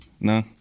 No